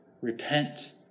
Repent